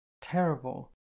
terrible